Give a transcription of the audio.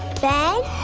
ben?